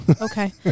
Okay